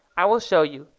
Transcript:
i will show you,